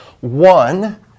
one